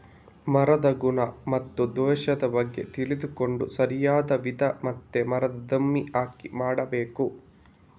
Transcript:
ಮರದ ಗುಣ ಮತ್ತೆ ದೋಷದ ಬಗ್ಗೆ ತಿಳ್ಕೊಂಡು ಸರಿಯಾದ ವಿಧ ಮತ್ತೆ ಮರದ ದಿಮ್ಮಿ ಆಯ್ಕೆ ಮಾಡಬೇಕು